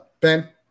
Ben